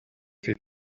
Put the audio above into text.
fit